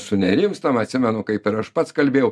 sunerimstam atsimenu kaip ir aš pats kalbėjau